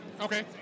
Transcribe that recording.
Okay